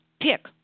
Pick